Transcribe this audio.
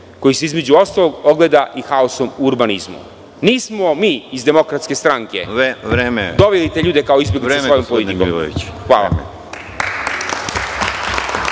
koji se između ostalog ogleda i haosom u urbanizmu. Nismo mi iz DS doveli te ljude kao izbeglice svojom politikom. Hvala.